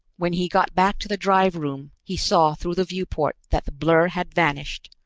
when he got back to the drive room, he saw through the viewport that the blur had vanished,